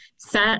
set